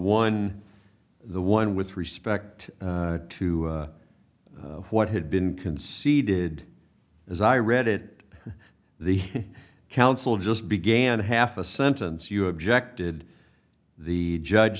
one the one with respect to what had been conceded as i read it the counsel just began half a sentence you objected the judge